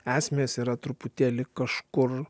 esmės yra truputėlį kažkur